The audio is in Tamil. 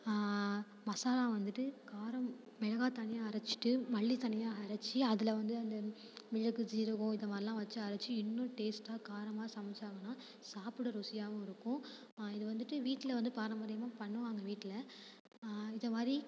மசாலா வந்துட்டு காரம் மிளகாய் தனியாக அரைச்சிட்டு மல்லி தனியாக அரைச்சி அதில் வந்து அந்த மிளகு சீரகம் இதை மாதிரிலாம் வச்சு அரைச்சி இன்னும் டேஸ்டாக காரமாக சமைச்சாங்கன்னால் சாப்பிட ருசியாகவும் இருக்கும் இதை வந்துட்டு வீட்டில் வந்து பாரம்பரியமாக பண்ணுவாங்க வீட்டில் இதை மாதிரி